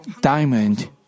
diamond